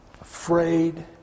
Afraid